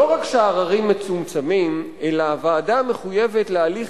לא רק שהעררים מצומצמים, אלא הוועדה מחויבת להליך